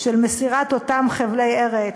של מסירת אותם חבלי ארץ,